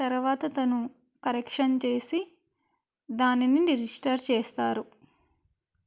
తర్వాత తను కరెక్షన్ చేసి దానిని రిజిస్టర్ చేస్తారు